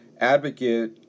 advocate